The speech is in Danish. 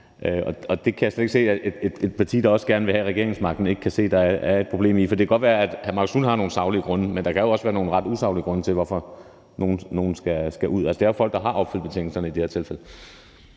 og jeg kan slet ikke forstå, at et parti, der også gerne vil have regeringsmagten ikke kan se, at der er et problem i det, for det kan godt være, at hr. Marcus Knuth har nogle saglige grunde, men der kan jo også være nogle ret usaglige grunde til, at man mener, at nogen skal ud. Der er jo i det her tilfælde tale om folk, der har opfyldt